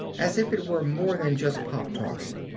as if it were more than just pop talking.